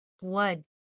blood